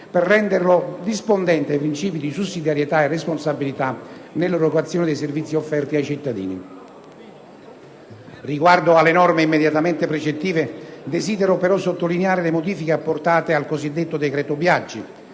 per renderlo rispondente ai principi di sussidiarietà e responsabilità nell'erogazione dei servizi offerti ai cittadini. Riguardo alle norme immediatamente precettive, desidero però sottolineare le modifiche apportate al cosiddetto decreto Biagi: